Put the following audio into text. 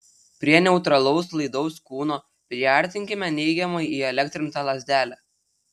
prie neutralaus laidaus kūno priartinkime neigiamai įelektrintą lazdelę